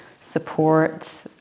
support